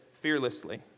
fearlessly